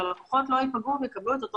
שהלקוחות לא ייפגעו ויקבלו את אותו